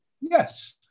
Yes